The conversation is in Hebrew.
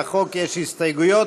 לחוק יש הסתייגויות.